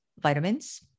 vitamins